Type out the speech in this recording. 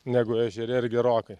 negu ežere ir gerokai